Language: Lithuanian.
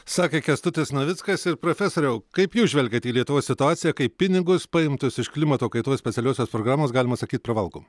sakė kęstutis navickas ir profesoriau kaip jūs žvelgiat į lietuvos situaciją kai pinigus paimtus iš klimato kaitos specialiosios programos galima sakyt pravalgom